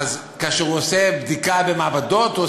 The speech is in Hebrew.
אז כאשר הוא עושה בדיקה במעבדות הוא